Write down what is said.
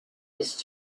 his